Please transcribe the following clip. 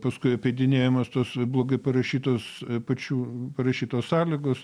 paskui apeidinėjamos tos blogai parašytos pačių parašytos sąlygos